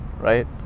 right